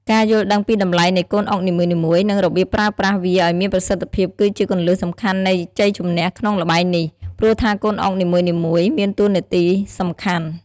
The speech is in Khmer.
ការយល់ដឹងពីតម្លៃនៃកូនអុកនីមួយៗ និងរបៀបប្រើប្រាស់វាឱ្យមានប្រសិទ្ធភាពគឺជាគន្លឹះសំខាន់នៃជ័យជម្នះក្នុងល្បែងនេះ ព្រោះថាកូនអុកនីមួយៗមានតួនាទីសំខាន់។